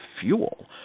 fuel